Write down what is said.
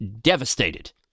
devastated